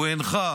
הוא הנחה